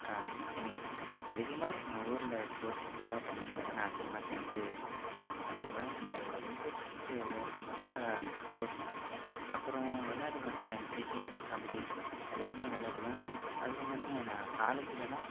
எங்கள் அதிகமாக எங்கள் ஊரில் ஸ்போட்ஸில் ரன்னிங்கில் தான் நான் அதிகமாக சேர்ந்து விளாடுவேன் எனக்கு ரொம்ப பிடிச்ச விளையாட்டுனாக்க ஸ்போட்ஸு அப்புறம் விளாடுவேன் கிரிக்கெட் கபடி எல்லாமே விளாடுவேன் அதுவும் இல்லாமல் நான் காலேஜிலலாம்